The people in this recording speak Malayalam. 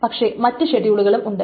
പക്ഷേ മറ്റ് ഷെഡ്യൂളുകളും ഉണ്ട്